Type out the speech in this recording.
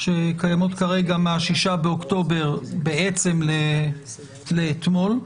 שקיימות מה-6 באוקטובר בעצם לאתמול.